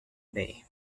bay